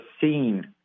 scene